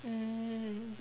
mm